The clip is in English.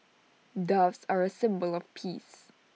doves are A symbol of peace